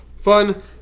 Fun